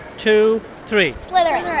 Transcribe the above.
two, three slytherin yeah